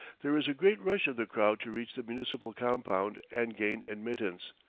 there is a great rush of the crowd to reach the municipal compound and gain admittance,